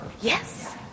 Yes